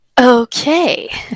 Okay